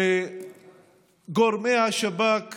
לגורמי השב"כ